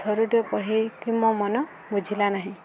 ଥରଟିଏ ପଢ଼ିକି ମୋ ମନ ବୁଝିଲା ନାହିଁ